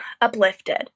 uplifted